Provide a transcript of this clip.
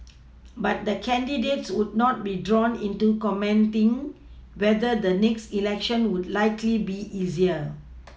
but the candidates would not be drawn into commenting whether the next election would likely be easier